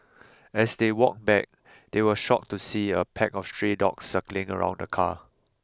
as they walked back they were shocked to see a pack of stray dogs circling around the car